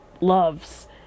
loves